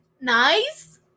nice